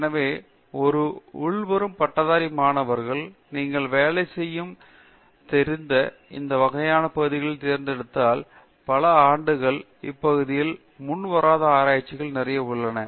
எனவே ஒரு உள்வரும் பட்டதாரி மாணவர் நீங்கள் வேலை செய்யத் தெரிந்த இந்த வகையான பகுதிகளை தேர்ந்தெடுத்தால் பல ஆண்டுகளுக்கு இப்பகுதிகளில் முன்வராத ஆய்வுகள் நிறைய உள்ளன